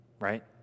right